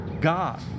God